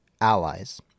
allies